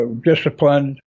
disciplined